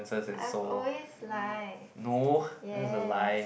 I have always liked yes